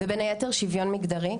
ובין היתר שוויון מגדרי,